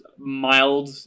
mild